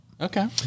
Okay